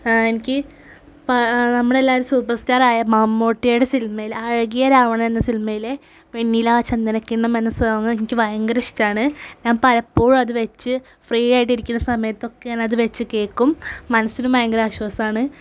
എനിക്ക് നമ്മളെല്ലാവരും സൂപ്പർ സ്റ്റാറായ മമ്മൂട്ടിയുടെ സിനിമയിൽ അഴകിയ രാവണൻ എന്ന സിനിമയിലെ വെണ്ണിലാ ചന്ദനക്കിണ്ണം എന്ന സോങ്ങ് എനിക്ക് ഭയങ്കര ഇഷ്ടമാണ് ഞാൻ പലപ്പോഴും അത് വെച്ച് ഫ്രീ ആയിട്ടിരിക്കുന്ന സമയത്തൊക്കെ ഞാനത് വെച്ച് കേൾക്കും മനസ്സിനും ഭയങ്കരാശ്വാസമാണ്